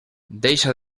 deixa